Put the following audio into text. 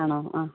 ആണോ ആ